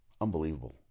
Unbelievable